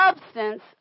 substance